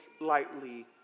lightly